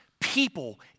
people